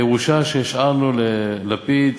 הירושה שהשארנו ללפיד